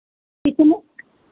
कितने